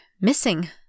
missing